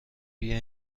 بیا